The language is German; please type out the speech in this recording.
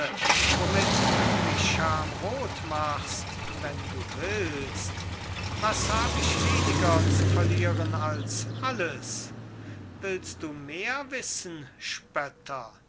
womit du mich schamrot machst wenn du willst was hab ich weniger zu verlieren als alles willst du mehr wissen spötter